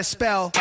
spell